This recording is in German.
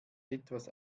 etwas